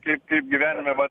kaip kaip gyvenime vat